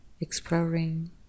exploring